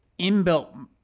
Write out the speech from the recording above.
inbuilt